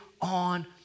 on